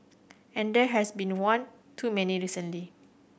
and there has been one too many recently